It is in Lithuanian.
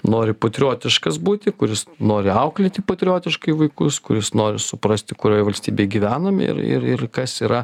nori patriotiškas būti kuris nori auklėti patriotiškai vaikus kuris nori suprasti kurioj valstybėj gyvenam ir ir ir kas yra